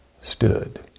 stood